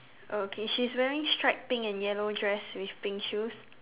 okay she's wearing striped pink and yellow dress with pink shoes